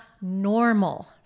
normal